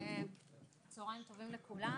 צוהריים טובים לכולם.